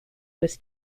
was